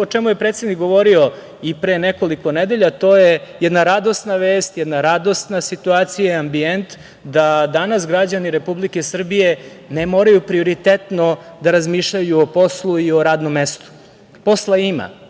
o čemu je predsednik govorio pre nekoliko nedelja. To je jedna radosna vest, jedna radosna situacija i ambijent da danas građani Republike Srbije ne moraju prioritetno da razmišljaju o poslu i o radnom mestu. Posla ima.